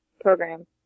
program